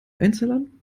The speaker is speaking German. einzellern